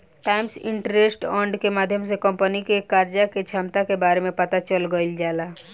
times interest earned के माध्यम से कंपनी के कर्जा के क्षमता के बारे में पता कईल जाला